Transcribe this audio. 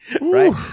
right